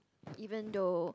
even though